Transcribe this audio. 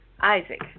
Isaac